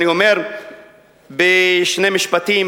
אני אומר בשני משפטים,